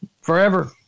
forever